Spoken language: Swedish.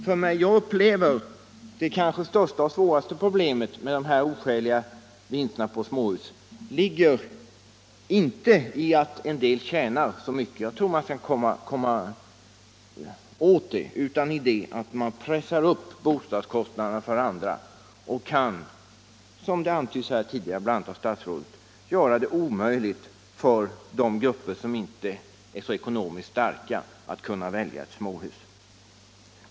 För mig ligger det största och svåraste problemet med de oskäliga vinsterna på småhus kanske inte i att en del personer tjänar så mycket — jag tror att vi kan komma åt den saken — utan i att man pressar upp bostadskostnaderna för andra och, som antytts här tidigare, bl.a. av statsrådet, kan göra det omöjligt för de grupper som inte är så ekonomiskt starka att välja ett småhus.